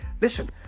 Listen